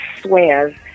swears